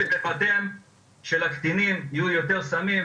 אז ככל שבבתיהם של הקטינים יהיו יותר סמים,